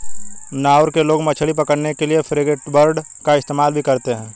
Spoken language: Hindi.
नाउरू के लोग मछली पकड़ने के लिए फ्रिगेटबर्ड का इस्तेमाल भी करते हैं